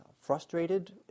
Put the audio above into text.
frustrated